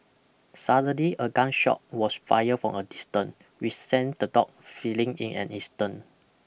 suddenly a gun shot was fired from a distance which sent the dog fleeing in an instant